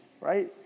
right